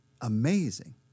amazing